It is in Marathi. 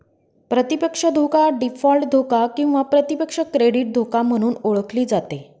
प्रतिपक्ष धोका डीफॉल्ट धोका किंवा प्रतिपक्ष क्रेडिट धोका म्हणून ओळखली जाते